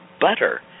butter